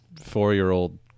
four-year-old